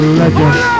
legend